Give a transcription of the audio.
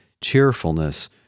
cheerfulness